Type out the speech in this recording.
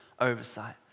oversight